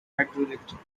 hydroelectric